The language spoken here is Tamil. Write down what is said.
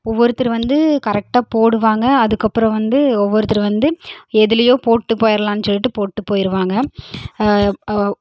ஒவ்வொருத்தரும் வந்து கரெக்டாக போடுவாங்க அதுக்கப்புறம் வந்து ஒவ்வொருத்தர் வந்து எதிலயோ போட்டு போயிடலான்னு சொல்லிட்டு போட்டு போய்டுவாங்க